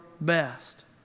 best